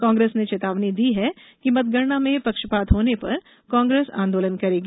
कांग्रेस ने चेतावनी दी है कि मतगणना में पक्षपात होने पर कांग्रेस आंदोलन करेगी